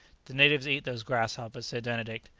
the natives eat those grasshoppers, said benedict,